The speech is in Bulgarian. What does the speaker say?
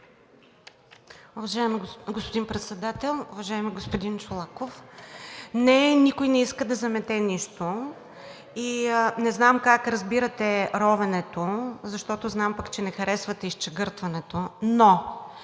Уважаеми господин Председател, уважаеми господин Чолаков! Не, никой не иска да замете нищо и не знам как разбирате ровенето, защото знам, че не харесвате изчегъртването. Но